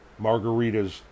margaritas